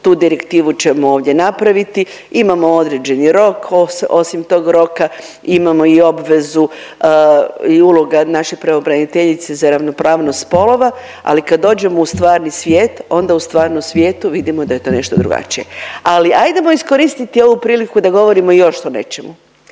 tu direktivu ćemo ovdje napraviti. Imamo određeni rok. Osim tog roka imamo i obvezu i uloga naše pravobraniteljice za ravnopravnost spolova, ali kad dođemo u stvarni svijet onda u stvarnom svijetu vidimo da je to nešto drugačije. Ali hajdemo iskoristiti ovu priliku da govorimo još o nečemu,